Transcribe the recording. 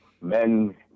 men